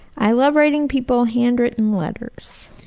i love writing people handwritten letters.